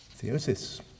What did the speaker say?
Theosis